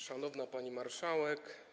Szanowna Pani Marszałek!